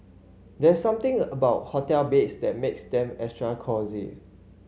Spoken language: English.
there's something about hotel beds that makes them extra cosy